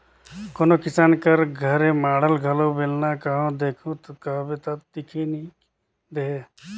कोनो किसान कर घरे माढ़ल घलो बेलना कहो देखहू कहबे ता दिखई नी देहे